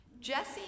Jesse